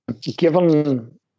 Given